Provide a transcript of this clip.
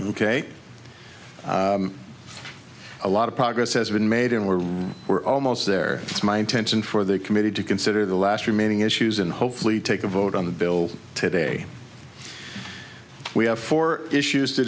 ok a lot of progress has been made and we're we're almost there it's my intention for the committee to consider the last remaining issues and hopefully take a vote on the bill today we have four issues to